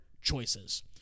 choices